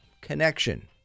connection